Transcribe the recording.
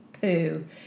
poo